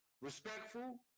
respectful